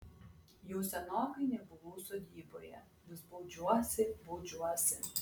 jau senokai nebuvau sodyboje vis baudžiuosi baudžiuosi